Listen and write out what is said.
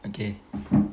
okay